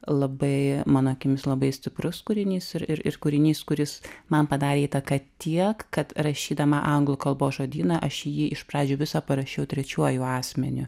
labai mano akimis labai stiprus kūrinys ir ir kūrinys kuris man padarė įtaką tiek kad rašydama anglų kalbos žodyną aš jį iš pradžių visą parašiau trečiuoju asmeniu